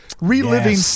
reliving